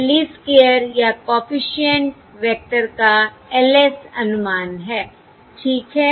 यह least square या coefficient vector का LS अनुमान है ठीक है